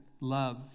love